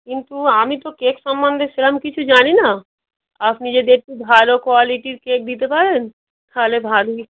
কিন্তু আমি তো কেক সম্বন্ধে সেরকম কিছু জানি না আপনি যদি একটু ভালো কোয়ালিটির কেক দিতে পারেন তাহলে ভালোই